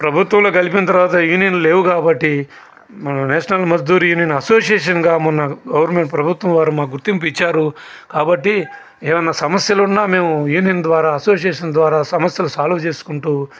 ప్రభుత్వంలో కలిపిన తరువాత యూనియన్లు లేవు కాబట్టి నేషనల్ మర్దూరి అని అసోసియేషన్గా మొన్న గవర్నమెంట్ ప్రభుత్వం వారు మాకు గుర్తింపు ఇచ్చారు కాబట్టి ఏమన్నా సమస్యలు ఉన్నా మేము యూనియన్ ద్వారా అసోసియేషన్ ద్వారా సమస్యలను సాల్వ్ చేసుకుంటూ